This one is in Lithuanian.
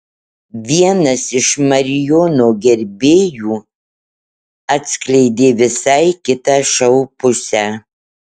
vienas iš marijono gerbėjų atskleidė visai kitą šou pusę